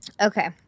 Okay